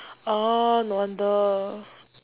orh no wonder